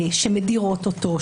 שמדירות אותו,